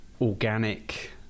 organic